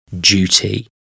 duty